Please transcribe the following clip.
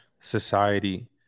society